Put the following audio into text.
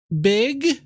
big